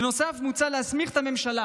בנוסף, מוצע להסמיך את הממשלה